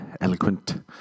Eloquent